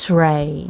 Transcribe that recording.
ray